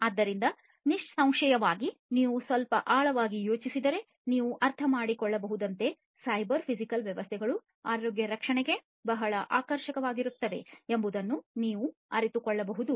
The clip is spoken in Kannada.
ಆದ್ದರಿಂದ ನಿಸ್ಸಂಶಯವಾಗಿ ನೀವು ಸ್ವಲ್ಪ ಆಳವಾಗಿ ಯೋಚಿಸಿದರೆ ನೀವು ಅರ್ಥಮಾಡಿಕೊಳ್ಳಬಹುದಾದಂತೆ ಸೈಬರ್ ಫಿಸಿಕಲ್ ವ್ಯವಸ್ಥೆಗಳು ಆರೋಗ್ಯ ರಕ್ಷಣೆಗೆ ಬಹಳ ಆಕರ್ಷಕವಾಗಿರುತ್ತವೆ ಎಂಬುದನ್ನು ನೀವು ಅರಿತುಕೊಳ್ಳಬಹುದು